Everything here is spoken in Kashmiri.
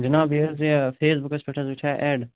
جِناب یہِ حظ یہِ فیس بُکَس پٮ۪ٹھ حظ وُچھو اٮ۪ڈ